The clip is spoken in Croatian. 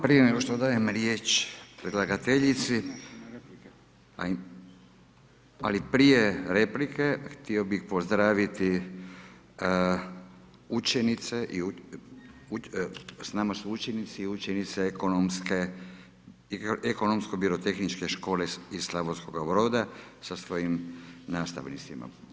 Prije nego što dajem riječ predlagateljici. … [[Upadica se ne čuje.]] Ali prije replike htio bih pozdraviti učenice, s nama su učenici i učenice Ekonomsko-birotehničke škole iz Slavonskoga Broda sa svojim nastavnicima.